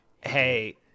hey